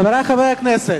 חברי חברי הכנסת,